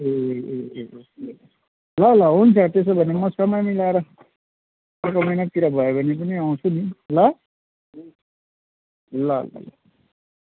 ए ए ए ए ल ल हुन्छ त्यसो भने म समय मिलाएर अर्को महिनातिर भयो भने पनि आउँछु नि ल ल ल ल